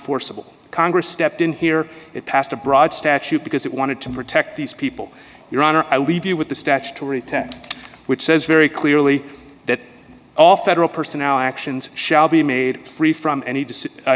enforceable congress stepped in here it passed a broad statute because it wanted to protect these people your honor i'll leave you with the statutory text which says very clearly that all federal person our actions shall be made free from any